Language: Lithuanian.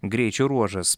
greičio ruožas